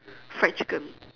fried chicken